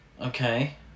Okay